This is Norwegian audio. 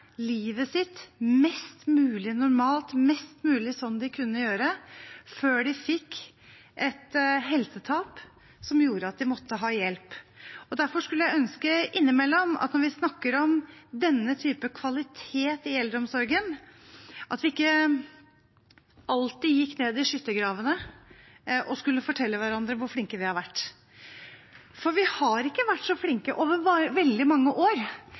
livet sitt mest mulig normalt og mest mulig slik de kunne gjøre før de fikk et helsetap som gjorde at de måtte ha hjelp. Derfor skulle jeg innimellom ønske at når vi snakker om denne typen kvalitet i eldreomsorgen, ikke alltid går ned i skyttergravene og skal fortelle hverandre hvor flinke vi har vært, for vi har ikke vært så flinke over veldig mange år.